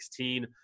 2016